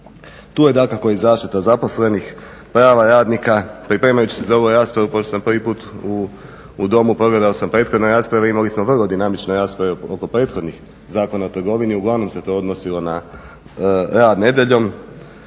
Tu je dakako i zaštita zaposlenih, prava radnika. Pripremajući se za ovu raspravu pošto sam prvi put u Domu pogledao sam prethodne rasprave, imali smo vrlo dinamične rasprave oko prethodnih Zakona o trgovini. Uglavnom se to odnosilo na rad nedjeljom,